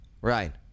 Right